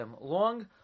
long